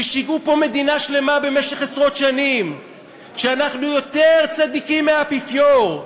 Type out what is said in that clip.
ששיגעו פה מדינה שלמה במשך עשרות שנים שאנחנו יותר צדיקים מהאפיפיור.